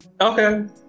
Okay